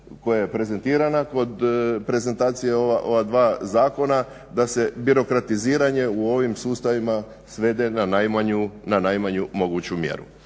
koja je prezentirana kod prezentacije ova dva zakona da se birokratiziranje u ovim sustavima svede na najmanju moguću mjeru.